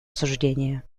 осуждение